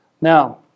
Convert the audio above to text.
Now